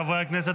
חברי הכנסת,